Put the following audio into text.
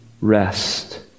rest